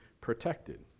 protected